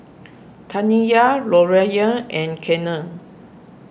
Taniyah Lorayne and Kenan